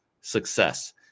success